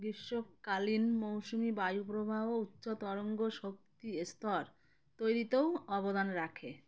গ্রীষ্মকালীন মৌসুমি বায়ুপ্রবাহ উচ্চতরঙ্গ শক্তি স্তর তৈরিতেও অবদান রাখে